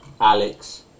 Alex